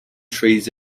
trees